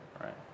right